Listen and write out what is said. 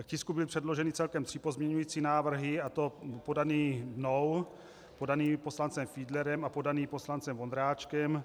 K tisku byly předloženy celkem tři pozměňující návrhy, a to podaný mnou, podaný poslancem Fiedlerem a podaný poslancem Vondráčkem.